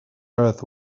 earth